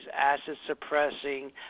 acid-suppressing